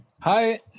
Hi